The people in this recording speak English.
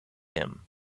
him